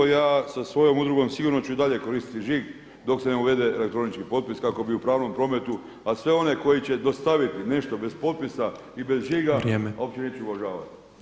Ja sa svojom udrugom sigurno ću i dalje koristiti žig dok se ne uvede elektronički potpis kako bi u pravnom prometu a sve one koji će dostaviti nešto bez potpisa i bez žiga [[Upadica predsjednik: Vrijeme.]] uopće neće uvažavati.